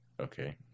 Okay